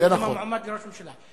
מועמד לראש הממשלה.